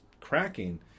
cracking